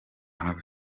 habi